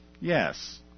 Yes